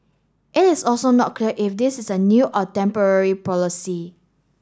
it is also not clear if this is a new or temporary policy